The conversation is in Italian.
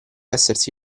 essersi